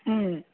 ହୁଁ